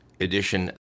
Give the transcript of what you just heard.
edition